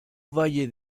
valle